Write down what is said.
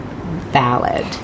valid